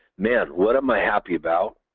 man, what am i happy about?